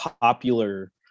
popular